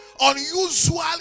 unusual